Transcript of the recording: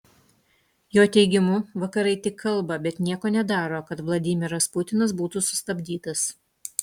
jo teigimu vakarai tik kalba bet nieko nedaro kad vladimiras putinas būtų sustabdytas